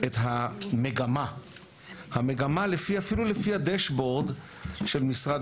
כמה אנשים ברחו החוצה למרות שמשרד